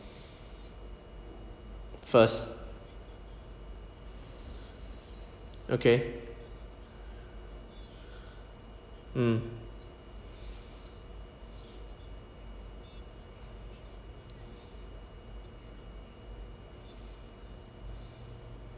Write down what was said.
first okay mm